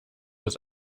bis